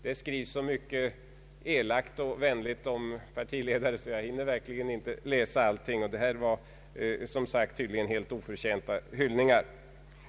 Det skrivs ju så mycket elakt och vänligt om partiledare att jag verkligen inte hinner läsa allting.